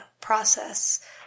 process